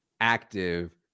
active